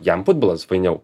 jam futbolas fainiau